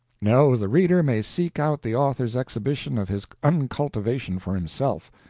no, the reader may seek out the author's exhibition of his uncultivation for himself.